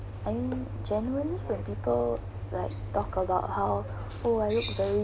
I mean genuinely when people like talk about how oh I look very